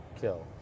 kill